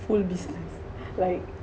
full business like